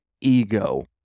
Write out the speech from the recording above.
ego